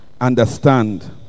understand